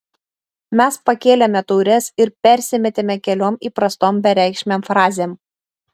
mes pakėlėme taures ir persimetėme keliom įprastom bereikšmėm frazėm